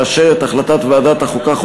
לאשר את החלטת ועדת החוקה,